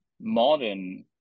modern